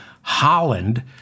Holland